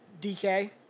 DK